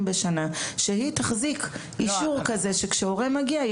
בשנה והיא תחזיק אישור כזה שכאשר הורה מגיע,